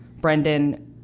Brendan